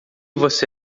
você